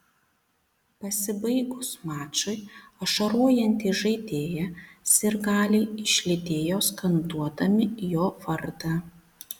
pasibaigus mačui ašarojantį žaidėją sirgaliai išlydėjo skanduodami jo vardą